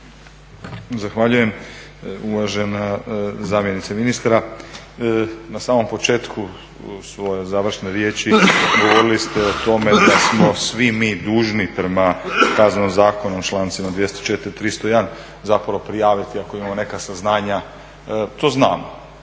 Zahvaljujem. Uvažena zamjenice ministra, na samom početku svoje završne riječi govorili ste o tome da smo svi mi dužni prema Kaznenom zakonu, člancima 204. i 301. zapravo prijaviti ako imamo neka saznanja. To znamo,